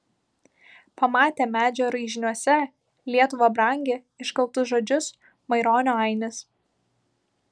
pamatė medžio raižiniuose lietuva brangi iškaltus žodžius maironio ainis